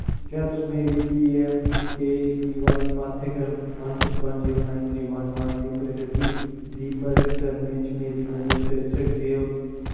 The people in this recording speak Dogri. क्या तुस मेरे पीऐम्मकेवीवाई पाठ्यक्रम one six one zero nine three one one दी प्रगति दी परख करने च मेरी मदद करी सकदे ओ